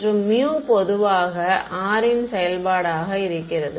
மற்றும் μ பொதுவாக r இன் செயல்பாடாக இருக்கிறது